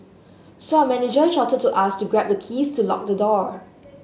so our manager shouted to us to grab the keys to lock the door